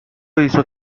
hizo